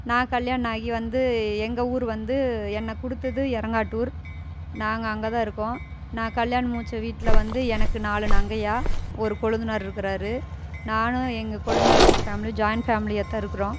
நான் கல்யாணம் ஆகி வந்து எங்கள் ஊர் வந்து என்ன கொடுத்தது எரங்காட்டூர் நாங்கள் அங்கே தான் இருக்கோம் நான் கல்யாணம் முடிச்ச வீட்டில வந்து எனக்கு நாலு நங்கையாக ஒரு கொழுந்தனார் இருக்குறார் நானும் எங்கள் கொழுந்தனார் வீட்டு ஃபேமிலியும் ஜாயின்ட் ஃபேமிலியாக தான் இருக்குறோம்